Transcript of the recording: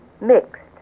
mixed